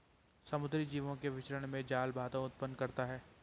समुद्री जीवों के विचरण में जाल बाधा उत्पन्न करता है